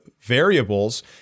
variables